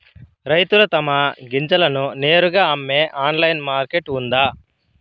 రైతులు తమ గింజలను నేరుగా అమ్మే ఆన్లైన్ మార్కెట్ ఉందా?